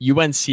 UNC